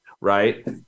right